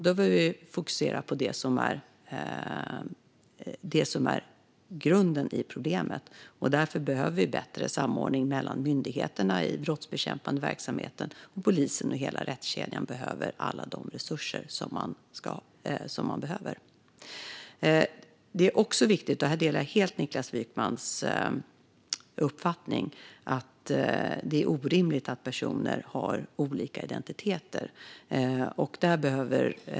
Vi behöver fokusera på det som är grunden i problemet. Därför behöver vi en bättre samordning mellan brottskämpande myndigheter, och vi behöver se till att polisen och hela rättskedjan har alla de resurser som man behöver. Jag delar helt Niklas Wykmans uppfattning att det är orimligt att personer har olika identiteter.